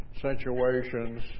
situations